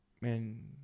Man